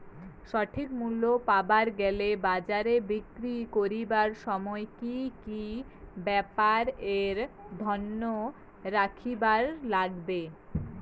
সঠিক মূল্য পাবার গেলে বাজারে বিক্রি করিবার সময় কি কি ব্যাপার এ ধ্যান রাখিবার লাগবে?